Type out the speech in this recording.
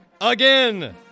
again